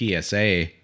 PSA